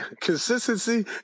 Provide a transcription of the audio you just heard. consistency